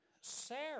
Sarah